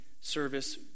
service